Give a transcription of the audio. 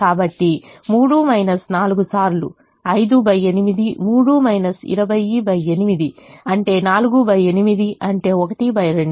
కాబట్టి 3 4 సార్లు 58 3 20 8 అంటే 48 అంటే 1 2